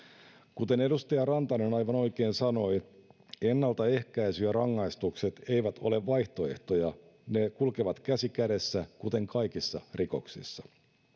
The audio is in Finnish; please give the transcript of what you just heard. kuten edustaja rantanen aivan oikein sanoi ennaltaehkäisy ja rangaistukset eivät ole vaihtoehtoja ne kulkevat käsi kädessä kuten kaikissa rikoksissa